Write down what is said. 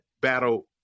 battle